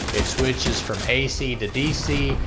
it switches from ac to dc,